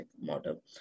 model